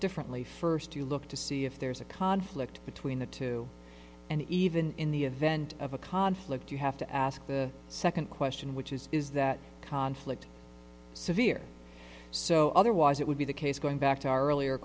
differently first to look to see if there's a conflict between the two and even in the event of a conflict you have to ask the second question which is is that conflict severe so otherwise it would be the case going back to our earlier